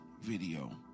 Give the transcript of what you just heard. video